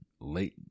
late